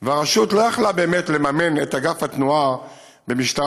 והרשות לא יכולה באמת לממן את אגף התנועה במשטרה,